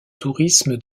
tourisme